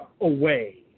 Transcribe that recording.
away